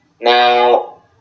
Now